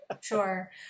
Sure